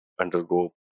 undergo